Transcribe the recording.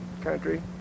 country